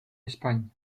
espagne